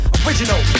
original